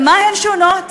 במה הן שונות?